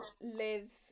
live